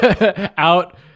out